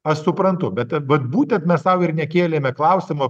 aš suprantu bet a vat būtent mes sau ir nekėlėme klausimo